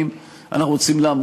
אנחנו רוצים לבצע את הדברים,